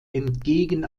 entgegen